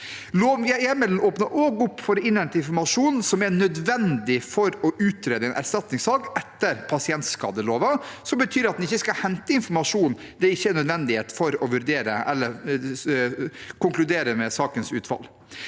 Lovhjemmelen åpner også opp for å innhente informasjon som er nødvendig for å utrede en erstatningssak etter pasientskadeloven, som betyr at en ikke skal hente informasjon som ikke er nødvendig for å vurdere en sak eller konkludere i utfallet